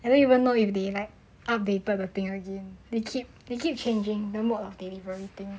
and then you will know if they like updated the thing again they keep the keep changing the mode of delivery thing